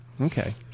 Okay